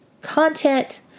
content